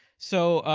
so,